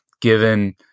given